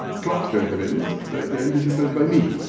clocks don't have ends, the the end is imposed by me.